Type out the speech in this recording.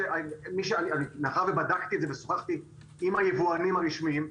מאחר שבדקתי את זה ושוחחתי עם היבואנים הרשמיים,